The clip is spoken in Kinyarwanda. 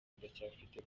ndacyafite